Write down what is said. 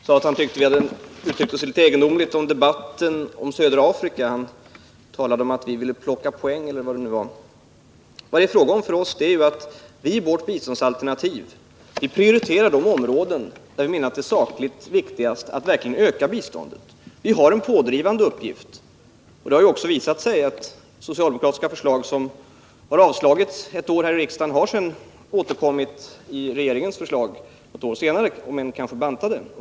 Fru talman! Utrikesministern sade att vi uttryckte oss egendomligt i fråga om debatten om södra Afrika. Han sade att vi ville plocka poäng. Men vad det är fråga om för oss är att vi i vårt biståndsalternativ prioriterar de områden där vi menar att det är sakligt mest viktigt att verkligen öka biståndet. Vi har en pådrivande uppgift. Det har också visat sig att socialdemokratiska förslag som ett år avslagits av riksdagen sedan har återkommit i regeringsförslag något år senare, om än bantade.